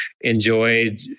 enjoyed